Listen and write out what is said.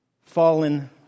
fallen